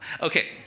Okay